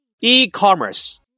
e-commerce